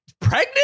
pregnant